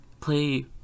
play